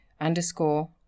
underscore